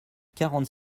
quarante